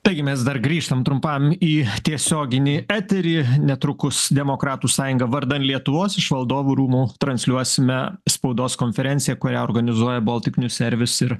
taigi mes dar grįžtam trumpam į tiesioginį eterį netrukus demokratų sąjunga vardan lietuvos iš valdovų rūmų transliuosime spaudos konferenciją kurią organizuoja boltik niuservis ir